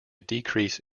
decrease